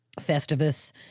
Festivus